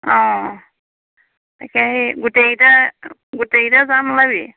অ তাকে গোটেইকেইটা গোটেইকেইটা যাম ওলাবি